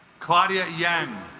claudia young